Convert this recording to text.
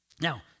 Now